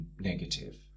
negative